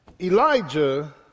Elijah